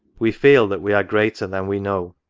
we feel that we are greater than we know.